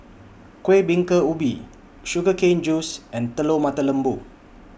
Kuih Bingka Ubi Sugar Cane Juice and Telur Mata Lembu